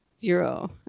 zero